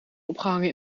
opgehangen